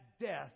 death